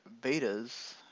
betas